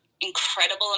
incredible